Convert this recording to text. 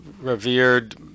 revered